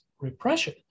repression